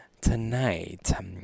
tonight